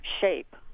shape